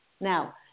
Now